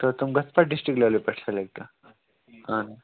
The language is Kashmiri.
تہٕ تِم گژھَن پَتہٕ ڈِسٹرک لیولہِ پٮ۪ٹھ سِلیکٹ ٲں